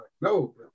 no